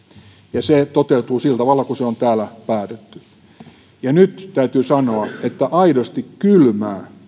ja se toteutuu sillä tavalla kuin se on täällä päätetty täytyy sanoa että nyt aidosti kylmää